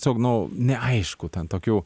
tiesiog nu neaišku ten tokių